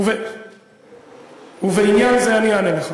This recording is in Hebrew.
אני אענה לך.